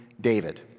David